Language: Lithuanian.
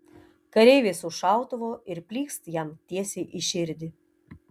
kareivis už šautuvo ir plykst jam tiesiai į širdį